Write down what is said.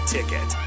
Ticket